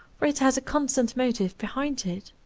for it has a constant motive behind it.